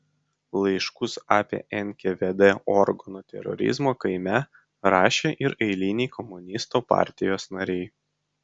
laiškus apie nkvd organų terorizmą kaime rašė ir eiliniai komunistų partijos nariai